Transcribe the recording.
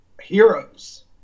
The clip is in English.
heroes